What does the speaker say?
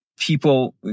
People